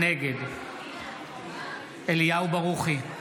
נגד אליהו ברוכי,